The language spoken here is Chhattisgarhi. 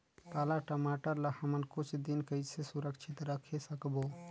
पाला टमाटर ला हमन कुछ दिन कइसे सुरक्षित रखे सकबो?